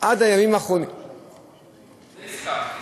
לימים האחרונים, לזה הסכמתי.